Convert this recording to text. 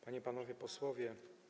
Panie i Panowie Posłowie!